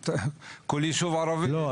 כל ישוב ערבי --- לא,